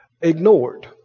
Ignored